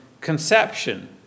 conception